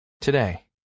Today